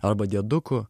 arba dieduku